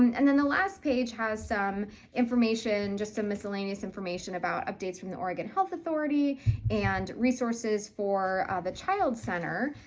and then the last page has some information, just some miscellaneous information about updates from the oregon health authority and resources for the child center,